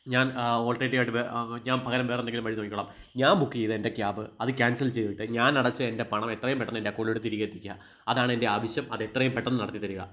ഞാൻ ഓൾട്ടനേറ്റീവായിട്ട് വേ ഞാൻ പകരം വേറെന്തെങ്കിലും വഴി നോക്കിക്കോളാം ഞാൻ ബുക്കെയ്ത എൻ്റെ ക്യാബ് അത് ക്യാൻസൽ ചെയ്തിട്ട് ഞാനടച്ച എൻ്റെ പണം എത്രയും പെട്ടെന്ന് എൻ്റെ അക്കൗണ്ടിലോട്ട് തിരികെ എത്തിക്കുക അതാണെൻ്റെ ആവശ്യം അതെത്രയും പെട്ടെന്ന് നടത്തിത്തരിക